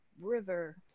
river